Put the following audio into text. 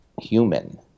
human